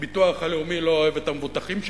שהביטוח הלאומי לא אוהב את המבוטחים שלו,